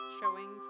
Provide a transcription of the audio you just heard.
showing